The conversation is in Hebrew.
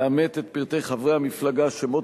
כבוד השרים,